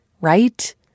right